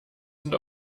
sind